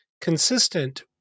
consistent